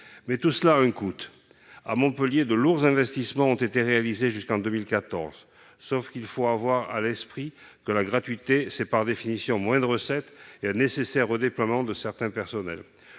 tout cela à un coût. À Montpellier, de lourds investissements ont été réalisés jusqu'en 2014. Il faut toutefois garder à l'esprit que la gratuité suppose, par définition, moins de recettes et un nécessaire redéploiement de certains personnels.